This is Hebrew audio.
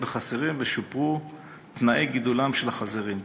בחזירים ושופרו תנאי גידולם של החזירים,